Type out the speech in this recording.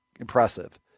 impressive